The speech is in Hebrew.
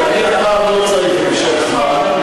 אני הפעם לא צריך למשוך זמן,